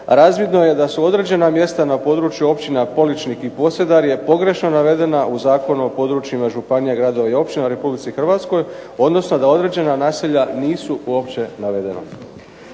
razvidno je da su određena mjesta na području Općine Poličnik i Posedarje pogrešno navedena u Zakonu o područjima županija, gradova i općina u RH odnosno da određena naselja nisu uopće navedena.